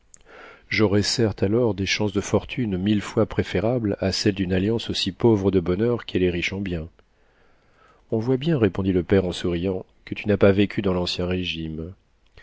j'aurai certes alors des chances de fortune mille fois préférables à celles d'une alliance aussi pauvre de bonheur qu'elle est riche en biens on voit bien répondit le père en souriant que tu n'as pas vécu dans l'ancien régime